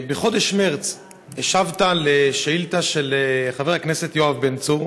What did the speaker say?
בחודש מרס השבת על שאילתה של חבר הכנסת יואב בן צור,